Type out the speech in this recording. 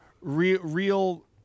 real